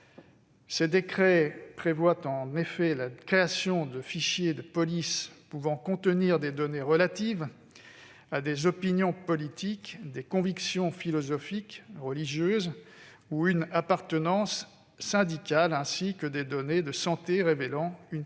Ces décrets prévoient en effet la création de fichiers de police pouvant contenir des données relatives « à des opinions politiques, des convictions philosophiques, religieuses ou une appartenance syndicale », ainsi que des données « de santé révélant une